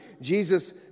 Jesus